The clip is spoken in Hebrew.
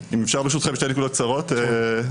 אם אפשר, ברשותכם, שתי נקודות קצרות נוספות?